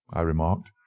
i remarked,